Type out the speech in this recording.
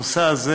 הנושא הזה